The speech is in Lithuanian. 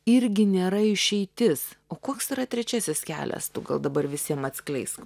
irgi nėra išeitis o koks yra trečiasis kelias tu gal dabar visiems atskleisk